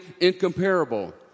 incomparable